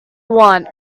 want